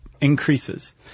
increases